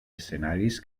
escenaris